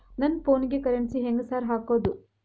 ನನ್ ಫೋನಿಗೆ ಕರೆನ್ಸಿ ಹೆಂಗ್ ಸಾರ್ ಹಾಕೋದ್?